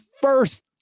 first